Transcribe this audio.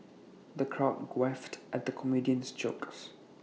the crowd guffawed at the comedian's jokes